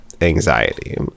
anxiety